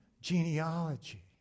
genealogy